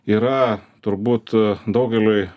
yra turbūt daugeliui